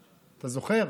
אתה זוכר?